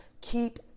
Keep